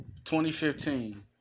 2015